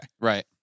Right